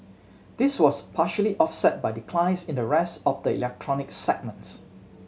this was partially offset by declines in the rest of the electronic segments